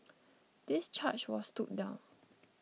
this charge was stood down